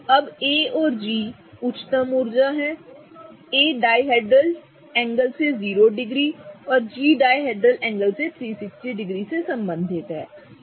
अब A और G उच्चतम ऊर्जा हैं A ड्हेड्रल एंगल से 0 डिग्री और G डिहेड्रल एंगल से 360 डिग्री से संबंधित है